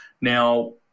Now